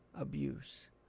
abuse